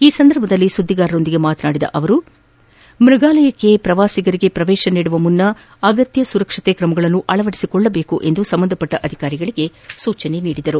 ಈ ಸಂದರ್ಭದಲ್ಲಿ ಸುದ್ದಿಗಾರರೊಂದಿಗೆ ಮಾತನಾಡಿದ ಸಚಿವರು ಮೃಗಾಲಯಕ್ಷೆ ಪ್ರವಾಸಿಗರಿಗೆ ಪ್ರವೇಶ ನೀಡುವ ಮುನ್ನ ಅಗತ್ಯ ಸುರಕ್ಷತಾ ಕ್ರಮಗಳನ್ನು ಅಳವಡಿಸಿಕೊಳ್ಟಬೇಕು ಎಂದು ಸಂಬಂಧ ಪಟ್ಟ ಅಧಿಕಾರಿಗಳಿಗೆ ಸೂಚಿಸಿದರು